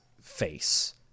face